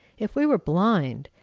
if we were blind,